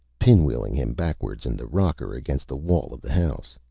pinwheeling him backwards in the rocker against the wall of the house.